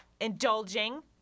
Indulging